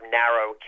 narrow